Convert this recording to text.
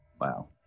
wow